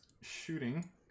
shooting